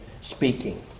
speaking